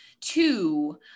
Two